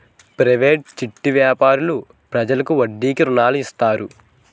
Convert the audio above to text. private చిట్టి వ్యాపారులు ప్రజలకు వడ్డీకి రుణాలు ఇస్తారు